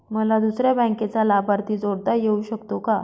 मला दुसऱ्या बँकेचा लाभार्थी जोडता येऊ शकतो का?